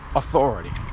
authority